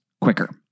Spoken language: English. quicker